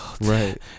right